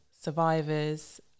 survivors